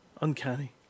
uncanny